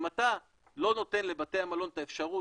אם אתה לא נותן לבתי המלון את האפשרות